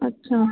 अच्छा